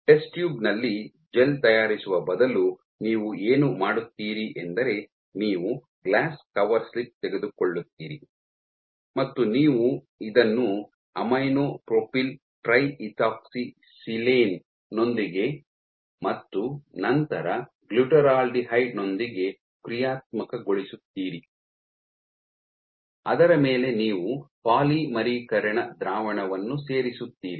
test tube ನಲ್ಲಿ gel ತಯಾರಿಸುವ ಬದಲು ನೀವು ಏನು ಮಾಡುತ್ತೀರಿ ಎಂದರೆ ನೀವು ಗ್ಲಾಸ್ ಕವರ್ ಸ್ಲಿಪ್ ತೆಗೆದುಕೊಳ್ಳುತ್ತೀರಿ ಮತ್ತು ನೀವು ಇದನ್ನು aminopropyltriethoxysilane 9 aminopropyltriethoxysilane ನೊಂದಿಗೆ ಮತ್ತು ನಂತರ ಗ್ಲುಟರಾಲ್ಡಿಹೈಡ್ ನೊಂದಿಗೆ ಕ್ರಿಯಾತ್ಮಕಗೊಳಿಸುತ್ತೀರಿ ಅದರ ಮೇಲೆ ನೀವು ಪಾಲಿಮರೀಕರಣ ದ್ರಾವಣವನ್ನು ಸೇರಿಸುತ್ತೀರಿ